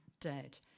dead